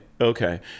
okay